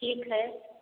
ठीक हइ